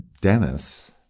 Dennis